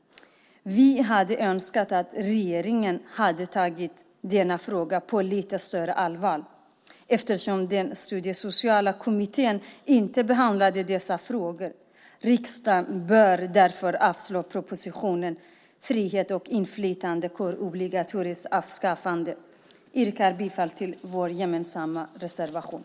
Vi hade önskat att regeringen hade tagit denna fråga på lite större allvar eftersom Studiesociala kommittén inte behandlade dessa frågor. Riksdagen bör därför avslå propositionen Frihet och inflytande - kårobligatoriets avskaffande . Jag yrkar bifall till vår gemensamma reservation.